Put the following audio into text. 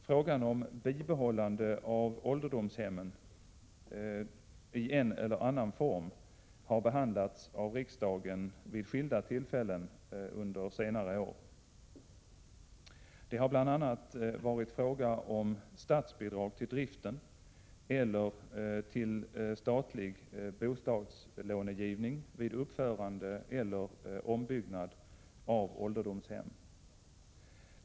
Frågan om bibehållande av ålderdomshemmen i en eller annan form har behandlats av riksdagen vid skilda tillfällen under senare år. Det har bl.a. varit fråga om statsbidrag till driften eller till statlig bostadslångivning vid uppförande eller ombyggnad av ålderdomshem.